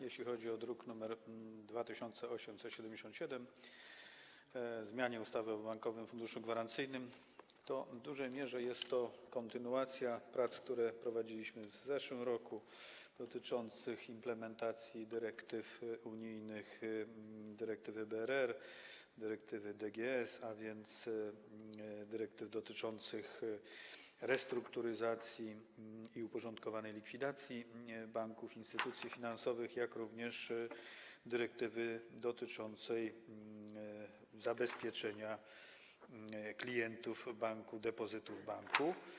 Jeśli chodzi o druk nr 2877, zmianę ustawy o Bankowym Funduszu Gwarancyjnym, to w dużej mierze jest to kontynuacja prac, które prowadziliśmy w zeszłym roku, dotyczących implementacji dyrektyw unijnych, dyrektywy BRR, dyrektywy DGS, a więc dyrektyw dotyczących restrukturyzacji i uporządkowanej likwidacji banków, instytucji finansowych, jak również dyrektywy dotyczącej zabezpieczenia klientów banku, depozytów banku.